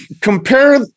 Compare